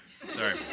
sorry